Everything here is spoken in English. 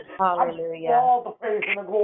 hallelujah